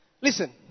Listen